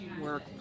work